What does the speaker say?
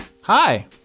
Hi